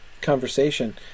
conversation